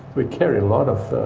we carry a lot of